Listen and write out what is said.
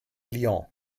lyon